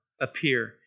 appear